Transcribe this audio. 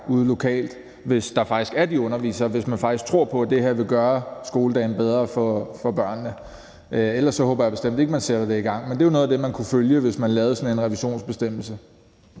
ude lokalt, hvis der faktisk er de undervisere, og hvis man faktisk tror på, er det her vil gøre skoledagen bedre for børnene. Ellers håber jeg bestemt ikke, man sætter det i gang. Men det er jo noget af det, man kunne følge, hvis man lavede sådan en revisionsbestemmelse.